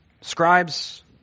scribes